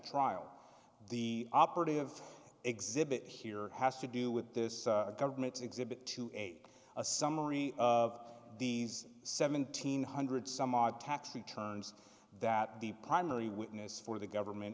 trial the operative exhibit here has to do with this government's exhibit two eight a summary of these seventeen hundred some odd tax returns that the primary witness for the government